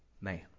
man